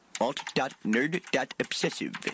Alt.nerd.obsessive